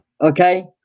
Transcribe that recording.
okay